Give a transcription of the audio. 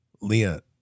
Leah